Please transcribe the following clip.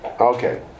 Okay